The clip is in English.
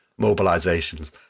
mobilizations